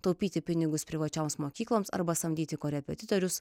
taupyti pinigus privačioms mokykloms arba samdyti korepetitorius